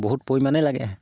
বহুত পৰিমাণেই লাগে